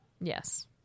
yes